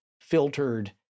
filtered